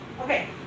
okay